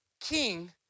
king